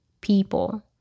people